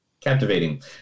captivating